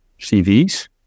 CVs